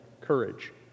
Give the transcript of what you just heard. courage